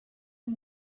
him